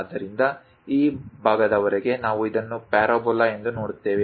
ಆದ್ದರಿಂದ ಈ ಭಾಗದವರೆಗೆ ನಾವು ಇದನ್ನು ಪ್ಯಾರಾಬೋಲಾ ಎಂದು ನೋಡುತ್ತೇವೆ